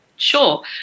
Sure